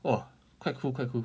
!wah! quite cool quite cool